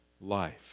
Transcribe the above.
life